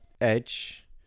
edge